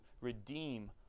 redeem